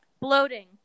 bloating